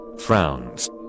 frowns